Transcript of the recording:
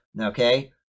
Okay